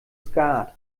skat